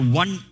one